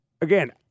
again